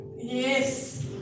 Yes